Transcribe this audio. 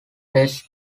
texts